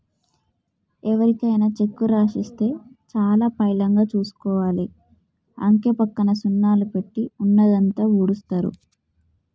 ఎవరికైనా చెక్కు రాసిస్తే చాలా పైలంగా చూసుకోవాలి, అంకెపక్క సున్నాలు పెట్టి ఉన్నదంతా ఊడుస్తరు